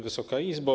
Wysoka Izbo!